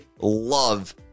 love